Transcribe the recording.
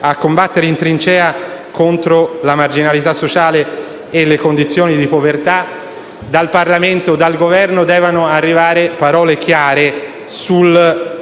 a combattere in trincea contro la marginalità sociale e le condizioni di povertà, dal Parlamento e dal Governo devono arrivare parole chiare sulle